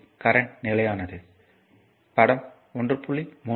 க்கு கரண்ட் நிலையானது படம் 1